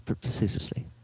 Precisely